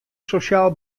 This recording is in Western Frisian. sosjaal